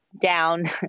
down